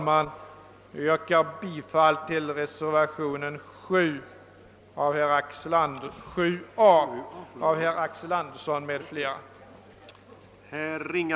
Jag yrkar bifall till reservationen 7 a av herr Axel Andersson m.fl.